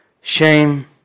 shame